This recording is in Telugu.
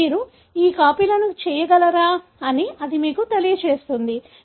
మీరు ఈ కాపీలను చేయగలరా అని అది మీకు తెలియజేస్తుంది